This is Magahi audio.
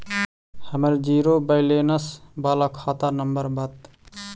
हमर जिरो वैलेनश बाला खाता नम्बर बत?